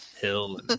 hill